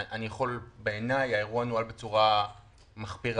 בעיני האירוע נוהל בצורה מחפירה,